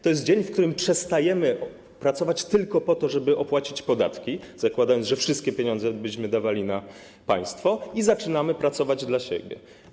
To jest dzień, w którym przestajemy pracować tylko po to, żeby opłacić podatki, zakładając, że wszystkie pieniądze byśmy dawali na państwo, i zaczynamy pracować dla siebie.